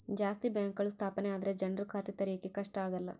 ಜಾಸ್ತಿ ಬ್ಯಾಂಕ್ಗಳು ಸ್ಥಾಪನೆ ಆದ್ರೆ ಜನ್ರು ಖಾತೆ ತೆರಿಯಕ್ಕೆ ಕಷ್ಟ ಆಗಲ್ಲ